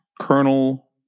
colonel